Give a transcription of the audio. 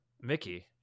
Mickey